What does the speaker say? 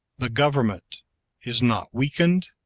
the government is not weakened,